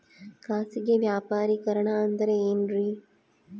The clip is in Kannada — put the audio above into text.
ಖಾಸಗಿ ವ್ಯಾಪಾರಿಕರಣ ಅಂದರೆ ಏನ್ರಿ?